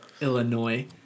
Illinois